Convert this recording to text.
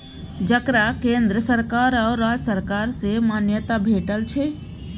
जकरा केंद्र सरकार आ राज्य सरकार सँ मान्यता भेटल छै